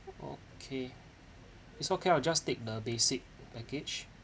okay it's okay I'll just take the basic package